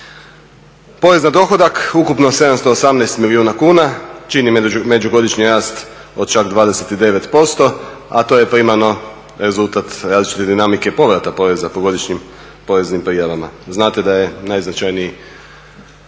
Porez na dohodak, ukupno 718 milijuna kuna, čini međugodišnji rast od čak 29%, a to je primarno rezultat različite dinamike povrata poreza po godišnjim poreznim prijavama. Znate da je najznačajniji